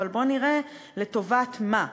אבל בוא נראה לטובת מה.